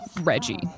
Reggie